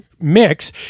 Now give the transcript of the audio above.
mix